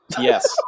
Yes